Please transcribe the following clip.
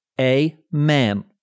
Amen